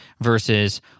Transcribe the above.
versus